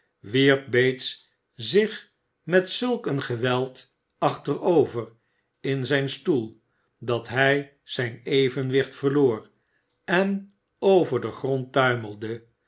bates zich met zulk een geweld achterover in zijn stoel dat hij zijn evenwicht verloor en over den grond tuimelde